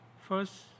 First